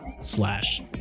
slash